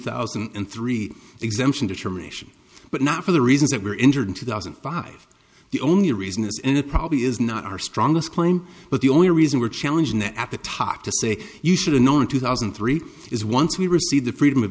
thousand and three exemption to termination but not for the reasons that were injured two thousand and five the only reason is and it probably is not our strongest claim but the only reason we're challenging that at the top to say you should have known two thousand and three is once we received the freedom of